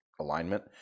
alignment